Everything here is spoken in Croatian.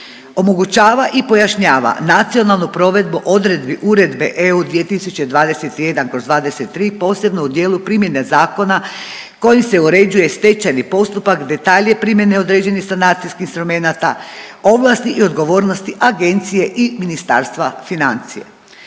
Omogućava i pojašnjava nacionalnu provedbu odredbi Uredbe EU 2021/23, posebno u dijelu primjene Zakona kojim se uređuje stečajni postupak, detalje primjene određenih sanacijskih instrumenata, ovlasti i odgovornosti Agencije i Ministarstva financija.